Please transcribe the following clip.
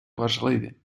важливі